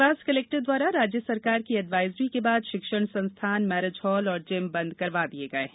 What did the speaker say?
Dewas collector द्वारा राज्य सरकार की एडवाइजरी के बाद शिक्षण संस्थान मैरिज हाल और जिम बंद करवा दिये गये हैं